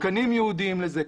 תקנים ייעודיים לזה,